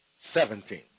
seventeen